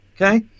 Okay